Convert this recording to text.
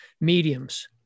mediums